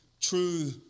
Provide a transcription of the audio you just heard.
true